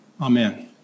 Amen